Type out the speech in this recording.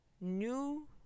new